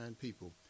people